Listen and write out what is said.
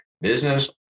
business